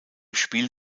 spiel